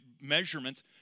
measurements